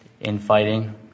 infighting